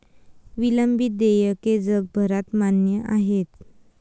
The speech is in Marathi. विलंबित देयके जगभरात मान्य आहेत